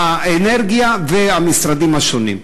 האנרגיה והמשרדים השונים.